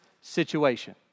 situation